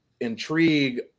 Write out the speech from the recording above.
intrigue